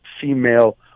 female